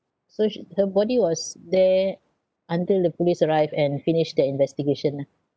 so sh~ her body was there until the police arrived and finished their investigation ah